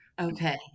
Okay